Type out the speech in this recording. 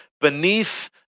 beneath